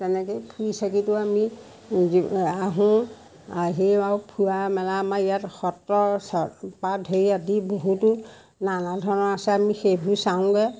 তেনেকৈয়ে ফুৰি চাকিতো আমি আহোঁ আহি আৰু ফুৰা মেলা আমাৰ ইয়াত সত্ৰ চত্ৰৰ পৰা ঢেৰ আদি বহুতো নানা ধৰণৰ আছে আমি সেইবোৰ চাওঁগৈ